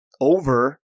Over